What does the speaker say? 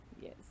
Yes